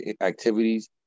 activities